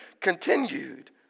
continued